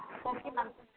okay ma'am